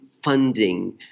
Funding